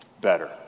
better